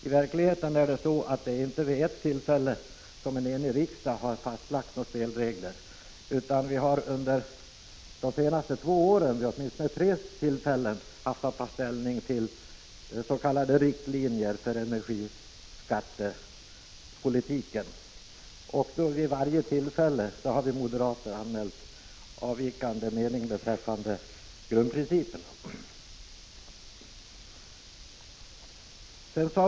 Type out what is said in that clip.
I verkligheten är det inte bara vid ett tillfälle som en enig riksdag har fastlagt spelreglerna, utan riksdagen har under de senaste två åren vid åtminstone tre tillfällen haft att ta ställning till s.k. riktlinjer för energiskattepolitiken. Vid varje tillfälle har vi moderater anmält en avvikande mening beträffande grundprinciperna.